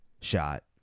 shot